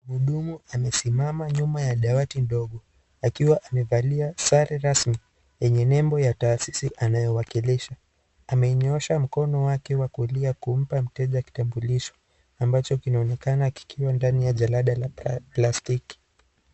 Muhudumu amesimama nyuma ya dawati ndogo akiwa amevalia sare rasmi yenye nembo ya taasisi anayowakilisha amenyoosha mkono wake kulia kumpa mteja kitambulisho ambacho kinaonekana kikiwa ndani ya jalada la plastiki.